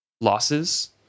losses